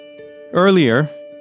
Earlier